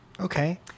Okay